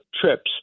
trips